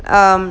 um